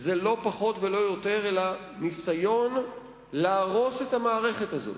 זה לא פחות ולא יותר אלא ניסיון להרוס את המערכת הזו.